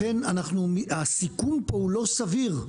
לכן, הסיכון פה הוא לא סביר.